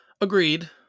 Agreed